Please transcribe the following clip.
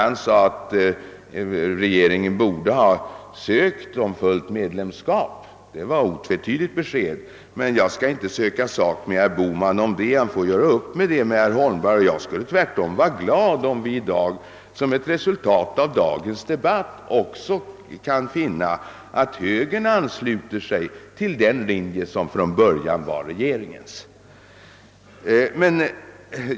Han sade att regeringen borde ha sökt fullt medlemskap. Det var ett otvetydigt besked. Men jag skall inte söka sak med herr Bohman om det — han får göra upp med herr Holmberg. Jag är tvärtom glad om vi som ett resultat av dagens debatt kan finna att högern ansluter sig till den linje som från början var regeringens.